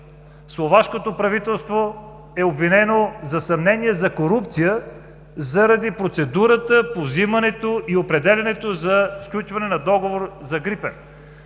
Словашкото правителство е обвинено в съмнение за корупция заради процедурата по вземането и определянето за сключване на договор за „Грипен“.